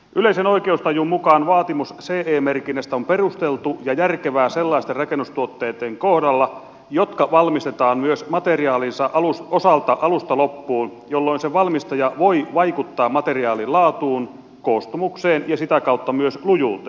yleisen oikeustajun mukaan vaatimus ce merkinnästä on perusteltu ja järkevää sellaisten rakennustuotteitten kohdalla jotka valmistetaan myös materiaalinsa osalta alusta loppuun jolloin se valmistaja voi vaikuttaa materiaalin laatuun koostumukseen ja sitä kautta myös lujuuteen